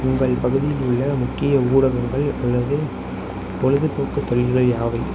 எங்கள் பகுதியில் உள்ள முக்கிய ஊடகங்கள் உள்ளது பொழுதுபோக்கு பள்ளிகள் யாவை